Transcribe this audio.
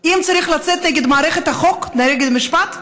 אם צריך לצאת נגד מערכת החוק ונגד מערכת המשפט,